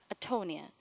atonia